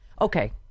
Okay